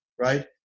right